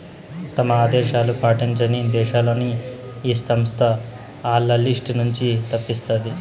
తమ ఆదేశాలు పాటించని దేశాలని ఈ సంస్థ ఆల్ల లిస్ట్ నుంచి తప్పిస్తాది